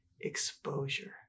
exposure